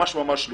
ממש ממש לא.